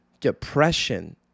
depression